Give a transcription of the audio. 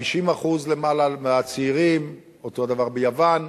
50% מהצעירים, אותו דבר ביוון,